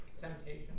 Temptation